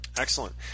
Excellent